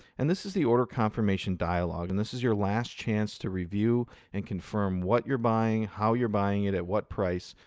and this is the order confirmation dialog and this is your last chance to review and confirm what you're buying, how you're buying it, at what price.